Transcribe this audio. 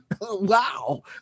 wow